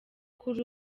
kuri